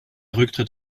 rücktritt